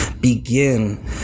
begin